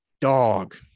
dog